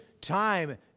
time